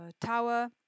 tower